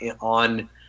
on